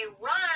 run